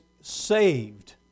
saved